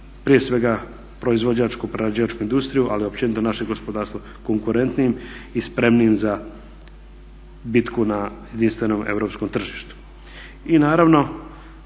prije svega proizvođačku i prerađivačku industriju, ali općenito naše gospodarstvo konkurentnijim i spremnijim za bitku na jedinstvenom europskom tržištu. I naravno